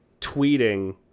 tweeting